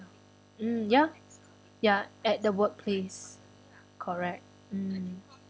mm ya ya at the workplace correct mm